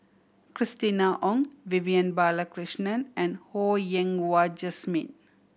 Christina Ong Vivian Balakrishnan and Ho Yen Wah Jesmine